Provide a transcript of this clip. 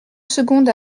seconde